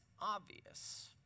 obvious